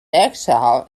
exile